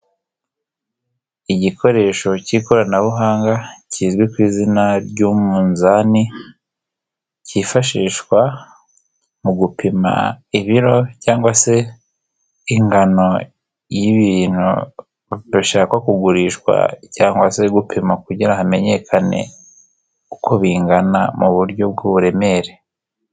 Igikoresho cy'ikoranabuhanga kizwi ku izina ry'umunzani cyifashishwa mu gupima ibiro cyangwa se, ingano y'ibintu bishakwa kugurishwa cyangwa se gupima kugirango hamenyekane uko bingana mu buryo bwuburemere.